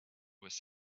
was